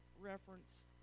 reference